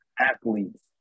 athletes